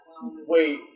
Wait